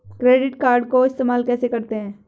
Credit card को इस्तेमाल कैसे करते हैं?